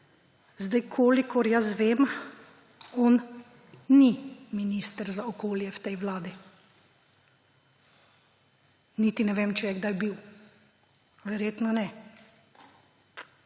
Petan. Kolikor jaz vem, on ni minister za okolje v tej vladi, niti ne vem, če je kdaj bil. Verjetno ne.